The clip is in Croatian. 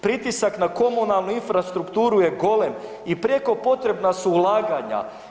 Pritisak na komunalnu infrastrukturu je golem i prijeko potrebna su ulaganja.